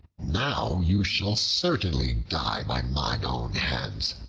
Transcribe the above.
now you shall certainly die by mine own hands,